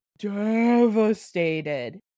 devastated